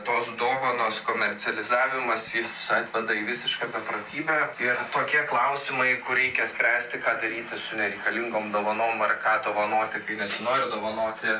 tos dovanos komercializavimas jis atveda į visišką beprotybę ir tokie klausimai kur reikia spręsti ką daryti su nereikalingom dovanom ar ką dovanoti kai nesinori dovanoti